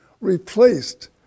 replaced